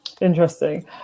Interesting